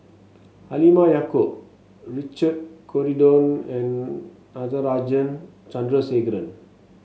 Halimah Yacob Richard Corridon and Natarajan Chandrasekaran